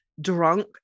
drunk